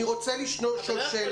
אני רוצה לשאול שאלה.